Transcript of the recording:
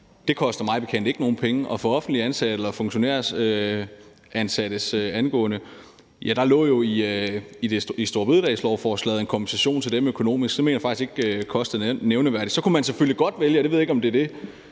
Det koster mig bekendt ikke nogen penge. Og for offentligt ansatte eller funktionærers vedkommende lå der jo i storebededagslovforslaget en økonomisk kompensation til dem. Så jeg mener faktisk ikke, at det koster nævneværdigt. Så kunne man selvfølgelig godt vælge at sige, og jeg ved ikke, om det er det,